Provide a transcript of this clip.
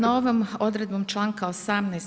Novom odredbom čl. 18.